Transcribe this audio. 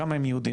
כמה הם יהודים,